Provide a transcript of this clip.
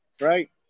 right